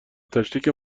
تشریک